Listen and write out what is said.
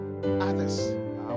Others